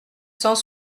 cent